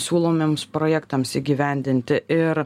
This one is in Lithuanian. siūlomiems projektams įgyvendinti ir